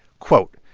quote,